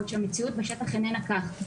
בעוד שהמציאות בשטח איננה כך.